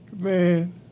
Man